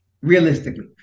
realistically